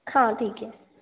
हाँ ठीक है